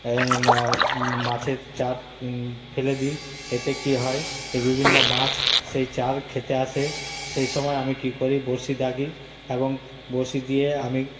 মাছের চার ফেলে দি এতে কি হয় বিভিন্ন মাছ সেই চার খেতে আসে সেই সময় আমি কি করি বসে থাকি এবং বসি দিয়ে আমি